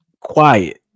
quiet